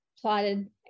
plotted